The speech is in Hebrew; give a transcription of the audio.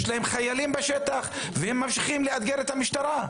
יש להם חיילים בשטח והם ממשיכים לאתגר את המשטרה.